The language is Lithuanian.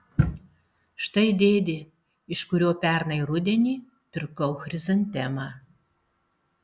štai dėdė iš kurio pernai rudenį pirkau chrizantemą